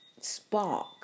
spark